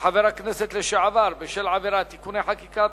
ולחבר הכנסת לשעבר בשל עבירה (תיקוני חקיקה),